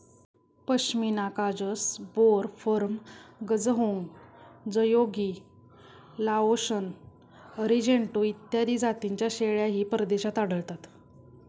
पश्मिना काजस, बोर, फर्म, गझहोंग, जयोगी, लाओशन, अरिजेंटो इत्यादी जातींच्या शेळ्याही परदेशात आढळतात